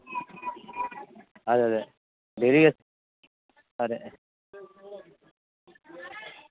అదే అదే డైలీ ఇక సరే